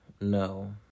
no